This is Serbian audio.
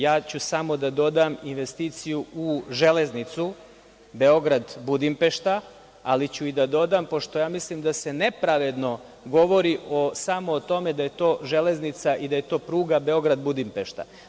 Ja ću samo da dodam investiciju u železnicu Beograd – Budimpešta, ali ću i da dodam, pošto ja mislim da se nepravedno govori samo o tome da je to železnica i da je to pruga Beograd – Budimpešta.